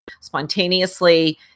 spontaneously